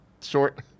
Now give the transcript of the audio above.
short